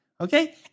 Okay